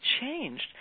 changed